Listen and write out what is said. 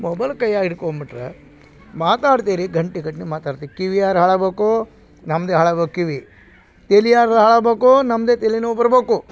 mobile ಕೈಯಾಗೆ ಹಿಡ್ಕೊಬಿಟ್ಟರೆ ಮಾತಾಡ್ತಿರಿ ಗಂಟೆ ಗಟ್ಲೆ ಮಾತಾಡ್ತಿ ಕಿವಿ ಯಾರು ಹಾಳಬೋಕು ನಮ್ಮದೆ ಹಾಳಾಬೇಕು ಕಿವಿ ತಲಿ ಯಾರ್ದು ಹಾಳಾಬೇಕು ನಮ್ಮದೆ ತಲಿನೋವು ಬರ್ಬೇಕು